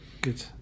good